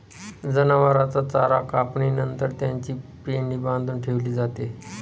जनावरांचा चारा कापणी नंतर त्याची पेंढी बांधून ठेवली जाते